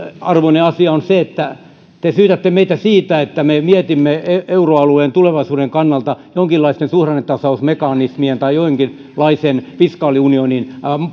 arvoinen asia on se että te syytätte meitä siitä että me mietimme euroalueen tulevaisuuden kannalta jonkinlaisten suhdannetasausmekanismien tai jonkinlaisen fiskaaliunionin